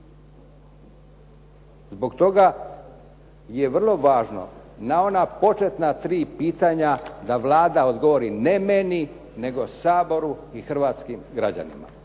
Zbog toga je vrlo važno na ona početna tri pitanja da Vlada odgovori ne meni, nego Saboru i hrvatskim građanima.